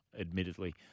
admittedly